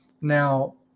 Now